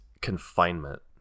confinement